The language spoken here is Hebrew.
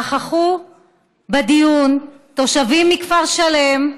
נכחו בדיון תושבים מכפר שלם,